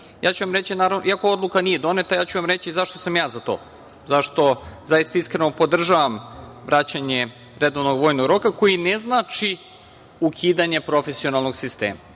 aspekata. Iako odluka nije doneta, ja ću vam reći zašto sam ja za to, zašto zaista iskreno podržavam vraćanje redovnog vojnog roka koji ne znači ukidanje profesionalnog sistema.